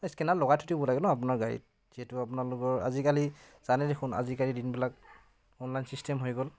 নাই স্কেনাৰ লগাই থৈ দিব লাগে ন আপোনাৰ গাড়ীত যিহেতু আপোনালোকৰ আজিকালি জানে দেখোন আজিকালি দিনবিলাক অনলাইন চিষ্টেম হৈ গ'ল